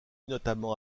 notamment